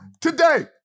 today